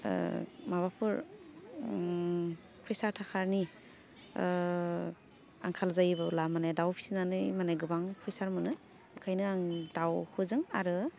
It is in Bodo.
ओह माबाफोर ओम फैसा थाखानि ओह आंखाल जायोबोला माने दाउ फिनानै माने गोबां फैसा मोनो ओंखायनो आं दाउखौजों आरो